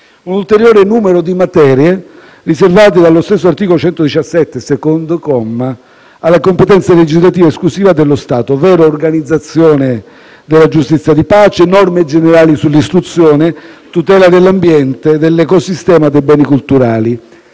un ulteriore numero di materie riservate dallo stesso articolo 117, secondo comma, alla competenza legislativa esclusiva dello Stato, ovvero l'organizzazione della giustizia di pace, le norme generali sull'istruzione e la tutela dell'ambiente, dell'ecosistema e dei beni culturali.